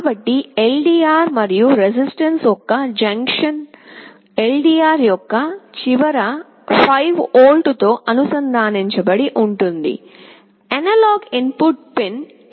కాబట్టి LDR మరియు resistance ఒక జంక్షన్లో LDR యొక్క ఒక చివర 5 వోల్ట్ల తో అనుసంధానించబడి ఉంటుంది అనలాగ్ ఇన్పుట్ పిన్ A1